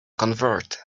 convert